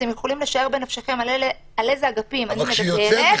אתם יכולים לשער בנפשכם על איזה אגפים אני מדברת,